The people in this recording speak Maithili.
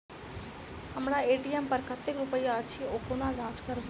हम्मर ए.टी.एम पर कतेक रुपया अछि, ओ कोना जाँच करबै?